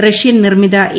Russian നിർമിത A